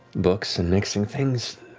books and mixing things.